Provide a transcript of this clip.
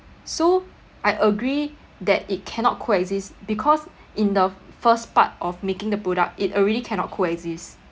so I agree that it cannot co-exist because in the first part of making the product it already cannot co-exist